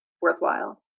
worthwhile